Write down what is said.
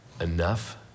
enough